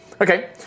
Okay